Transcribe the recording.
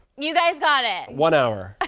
you guys got it one hour